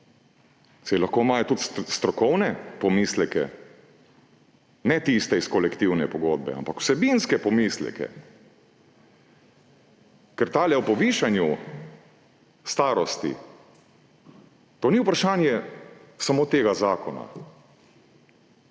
Saj lahko imajo tudi strokovne pomisleke. Ne tiste iz kolektivne pogodbe, ampak vsebinske pomisleke. Ker tale o povišanju starosti, to ni vprašanje samo tega zakona.